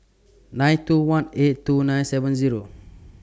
nine two one eight two nine seven Zero